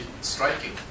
striking